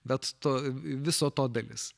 bet to viso to dalis